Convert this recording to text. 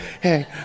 hey